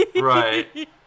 Right